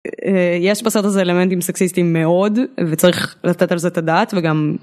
יש בסרט הזה אלמנטים סקסיסטיים מאוד וצריך לתת על זה את הדעת וגם.